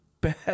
bad